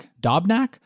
Dobnak